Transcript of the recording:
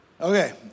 Okay